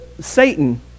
Satan